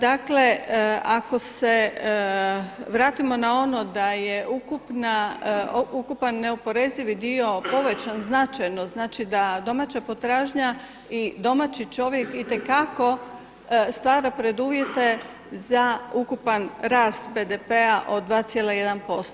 Dakle ako se vratimo na ono da je ukupan neoporezivi dio povećan značajno znači da domaća potražnja i domaći čovjek itekako stvara preduvjete za ukupan rast BDP-a od 2,1%